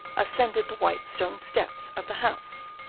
ascended the white stone steps of the house.